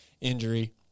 injury